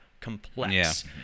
complex